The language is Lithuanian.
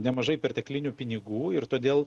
nemažai perteklinių pinigų ir todėl